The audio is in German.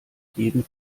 jeden